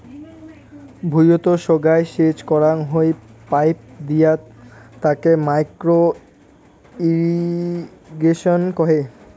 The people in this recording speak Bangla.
ভুঁইয়ত সোগায় সেচ করাং হই পাইপ দিয়ে তাকে মাইক্রো ইর্রিগেশন কহে